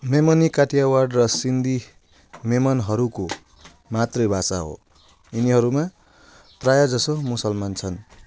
मेमनी काठियावाड र सिन्धी मेमनहरूको मातृभाषा हो यिनीहरूमा प्रायःजसो मुसलमान छन्